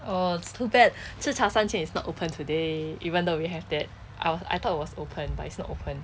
oh it's too bad 吃茶三千 is not open today even though we have that I I thought it was open but it's not open